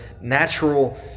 natural